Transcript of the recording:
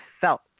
felt